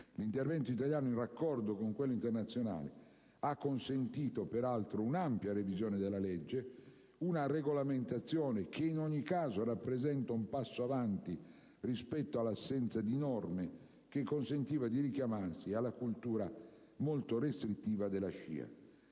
L'intervento italiano, in raccordo con quello internazionale, ha consentito peraltro un'ampia revisione della legge, una regolamentazione che in ogni caso rappresenta un passo avanti rispetto all'assenza di norme che consentiva di richiamarsi alla cultura molto restrittiva della